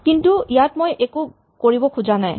কিন্তু ইয়াত মই একো কৰিব খোজা নাই